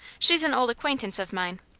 she's an old acquaintance of mine.